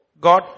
God